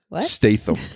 Statham